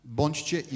bądźcie